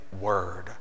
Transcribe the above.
word